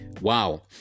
Wow